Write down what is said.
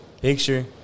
picture